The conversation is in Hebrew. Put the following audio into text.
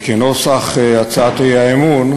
וכנוסח הצעת האי-אמון,